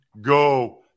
Go